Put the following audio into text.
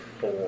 four